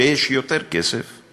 כשיש יותר כסף,